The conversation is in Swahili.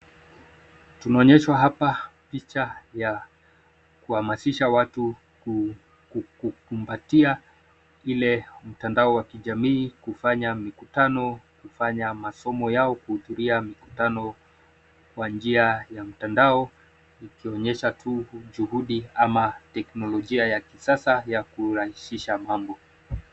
Tunaonyeshwa hapa picha ya kuhamasisha watu kukumbatia ile mtandao wa kijamii kufanya mikutano, kufanya masomo yao, kuhudhuria mikutano kwa njia ya mtandao, ikionyesha tu juhudi ama teknolojia ya kisasa ya kurahisisha mambo.